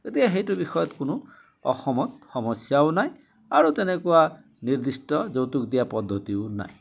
এতিয়া সেইটো বিষয়ত কোনো অসমত সমস্যাও নাই আৰু তেনেকুৱা নিৰ্দিষ্ট যৌতুক দিয়া পদ্ধতিও নাই